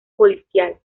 policial